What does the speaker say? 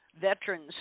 veterans